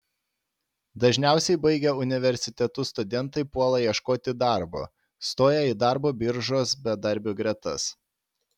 dažniausiai baigę universitetus studentai puola ieškoti darbo stoja į darbo biržos bedarbių gretas